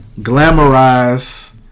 Glamorize